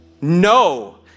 No